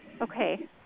Okay